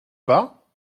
pas